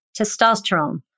testosterone